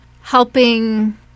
helping